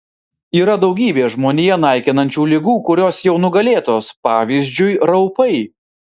yra daugybė žmoniją naikinančių ligų kurios jau nugalėtos pavyzdžiui raupai